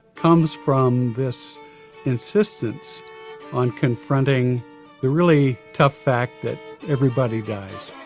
comes from this insistence on confronting the really tough fact that everybody dies